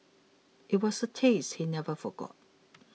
it was a taste he never forgot